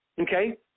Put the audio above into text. Okay